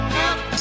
help